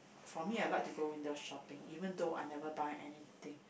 for me I like to go window shopping even though I never buy anything